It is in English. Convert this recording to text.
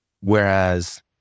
Whereas